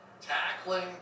tackling